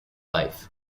life